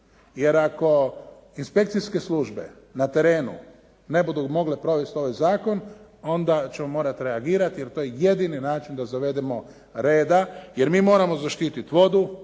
Jer ako inspekcijske službe na terenu ne budu mogle provesti ovaj zakon onda ćemo morati reagirati, jer to je jedini način da zavedemo reda jer mi moramo zaštititi vodu,